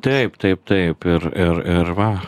taip taip taip ir ir ir va